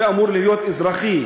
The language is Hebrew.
שאמור להיות אזרחי,